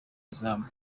izamu